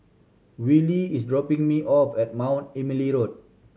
Wylie is dropping me off at Mount Emily Road